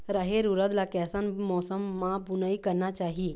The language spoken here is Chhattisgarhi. रहेर उरद ला कैसन मौसम मा बुनई करना चाही?